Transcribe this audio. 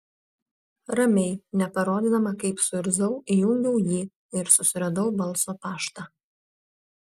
ramiai neparodydama kaip suirzau įjungiau jį ir susiradau balso paštą